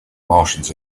martians